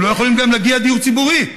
והם גם לא יכולים להגיע לדיור ציבורי,